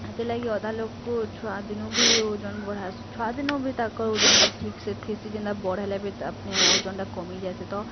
ହେତିର୍ ଲାଗି ଅଧା ଲୁକକୁଁ ଛୁଆଦିନୁ ବି ଓଜନ୍ ବଢ଼ାସ ଛୁଆଦିନୁ ବି ତାକଁର୍ ଓଜନ୍ ଟା ଠିକ୍ ସେ ଥିସି ଯେନ୍ତା ବଡ଼ ହେଲେ ବି ଆପନେ ଓଜନ୍ ଟା କମି ଯାଏସି ତ